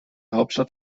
hauptstadt